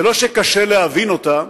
זה לא שקשה להבין אותה,